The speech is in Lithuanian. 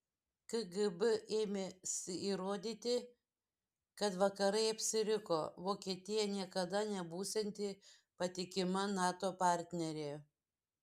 kgb ėmėsi įrodyti kad vakarai apsiriko vokietija niekada nebūsianti patikima nato partnerė